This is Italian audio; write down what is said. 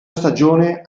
stagione